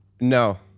No